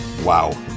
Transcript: wow